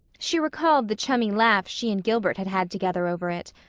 she recalled the chummy laugh she and gilbert had had together over it,